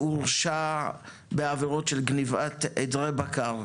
שהורשע בעבירות של גניבת עדרי בקר,